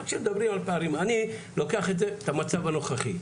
כשמדברים על פערים, אני לוקח את המצב הנוכחי,